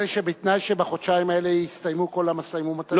זה בתנאי שבחודשיים האלה יסתיימו כל המשאים ומתנים?